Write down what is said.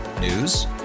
News